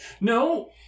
No